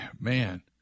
Man